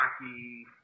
Rocky